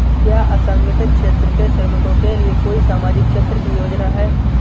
क्या असंगठित क्षेत्र के श्रमिकों के लिए कोई सामाजिक क्षेत्र की योजना है?